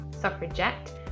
Suffragette